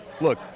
Look